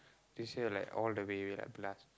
this year like all the way we like blast